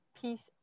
Peace